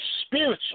spiritual